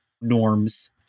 norms